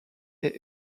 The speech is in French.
est